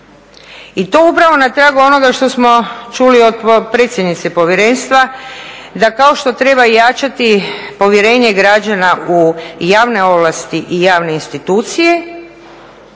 I to je upravo na tragu onoga što smo čuli od predsjednice povjerenstva, da kao što treba jačati povjerenje građana u javne ovlasti i javne institucije,